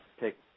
take